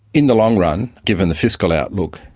in the long run, given the fiscal outlook,